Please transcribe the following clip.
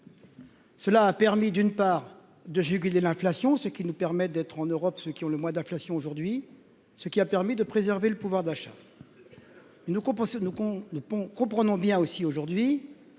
Cela a permis d'une part, de juguler l'inflation, ce qui nous permet d'être en Europe ce qui ont le mois d'inflation aujourd'hui ce qui a permis de préserver le pouvoir d'achat nous compenser nous qu'on